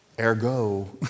ergo